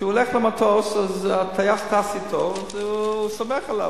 כשהוא עולה למטוס אז הטייס טס אתו והוא סומך עליו.